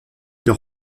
leur